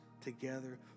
together